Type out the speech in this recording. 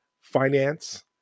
finance